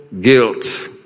guilt